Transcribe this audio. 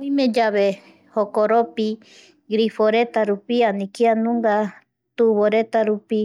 Oimeyave jokoropi griforeta rupi ani kianunga tuvoreta rupi